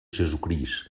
jesucrist